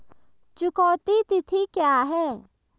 चुकौती तिथि क्या है?